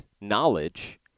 knowledge